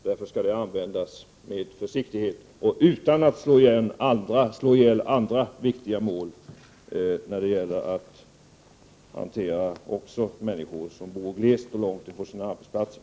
Därför skall det instrumentet användas med försiktighet och utan att slå ihjäl andra viktiga mål när det gäller att hantera också människor som bor i glesbygd och långt från sina arbetsplatser.